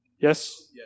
Yes